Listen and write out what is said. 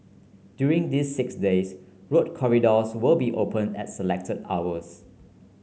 during these six days road corridors will be open at selected hours